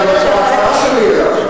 זו היתה ההצעה שלי אליו.